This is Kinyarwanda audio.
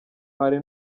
hari